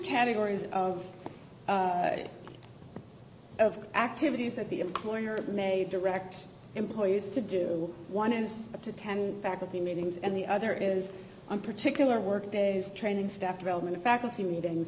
categories of activities that the employer may direct employees to do one is up to ten faculty meetings and the other is on particular work days training staff development faculty meetings